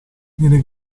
viene